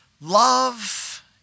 Love